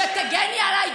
שתגני עליי,